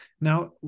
Now